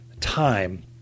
time